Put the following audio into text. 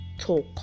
talk